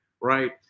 right